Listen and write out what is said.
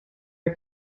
are